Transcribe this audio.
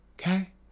okay